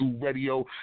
Radio